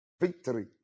victory